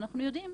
ואנחנו יודעים,